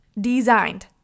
Designed